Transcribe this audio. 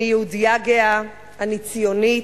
אני יהודייה גאה, אני ציונית,